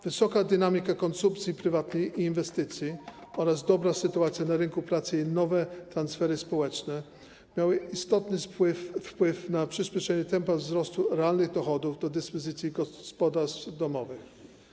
Wysoka dynamika konsumpcji prywatnej i inwestycji oraz dobra sytuacja na rynku pracy i nowe transfery społeczne miały istotny wpływ na przyspieszenie tempa wzrostu realnych dochodów do dyspozycji gospodarstw domowych.